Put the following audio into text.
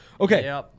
Okay